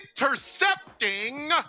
intercepting